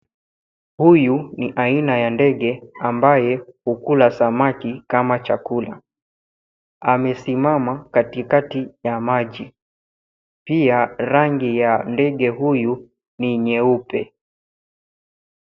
Hutu ni aina ya ndege ambaye hukula samaki kama chakula. Amesimama katikati ya maji. Pia rangi ya ndege huyu ni nyeupe.